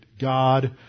God